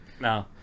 no